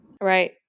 Right